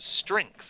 strength